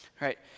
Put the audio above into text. right